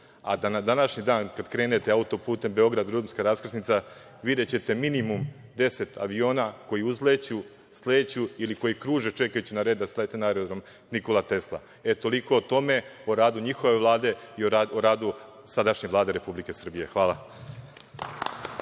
vedro. Na današnji dan, kada krenete auto-putem Beograd-Rumska raskrsnica, videćete minimum 10 aviona koji uzleću, sleću ili koji kruže čekajući na red da slete na Aerodrom „Nikola Tesla“. Toliko o tome, o radu njihove Vlade i o radu sadašnje Vlade Republike Srbije. Hvala.